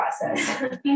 process